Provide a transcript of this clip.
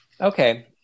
okay